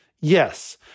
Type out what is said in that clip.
yes